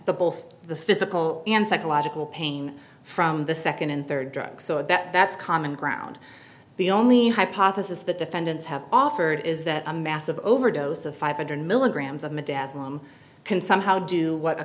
both the physical and psychological pain from the second and third drug so that that's common ground the only hypothesis the defendants have offered is that a massive overdose of five hundred milligrams of madame can somehow do